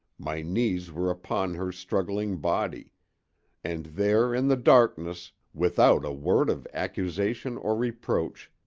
my knees were upon her struggling body and there in the darkness, without a word of accusation or reproach,